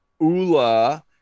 Ula